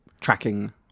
tracking